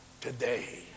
today